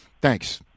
Thanks